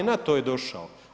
Na to je došao.